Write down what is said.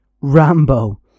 Rambo